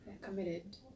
committed